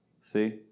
see